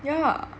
yeah